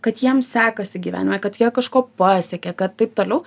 kad jiem sekasi gyvenime kad jie kažko pasiekia kad taip toliau